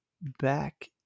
back